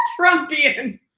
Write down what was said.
Trumpian